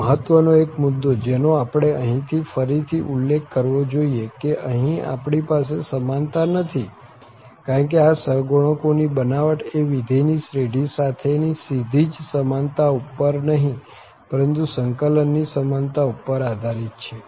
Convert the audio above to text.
અને મહત્વ નો એક મુદ્દો જેનો આપણે અહીં ફરીથી ઉલ્લેખ કરવો જોઈએ કે અહીં આપણી પાસે સમાનતા નથી કારણ કે આ સહગુણકો ની બનાવટ એ વિધેયની શ્રેઢી સાથે ની સીધી જ સમાનતા ઉપર નહીં પરંતુ સંકલનની સમાનતા ઉપર આધારિત છે